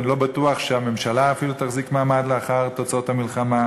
ואני לא בטוח שהממשלה אפילו תחזיק מעמד לאחר תוצאות המלחמה.